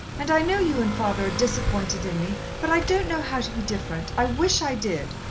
and i know you and father are disappointed in me, but i don't know how to be different i wish i did.